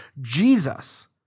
Jesus